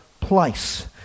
place